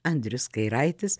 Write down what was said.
andrius kairaitis